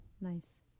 nice